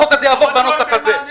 החוק הזה יעבור בנוסח הזה.